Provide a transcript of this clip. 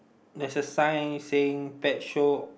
there's a sign saying pet show